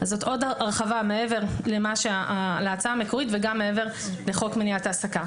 זאת עוד הרחבה מעבר להצעה המקורית וגם מעבר לחוק מניעת העסקה.